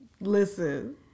Listen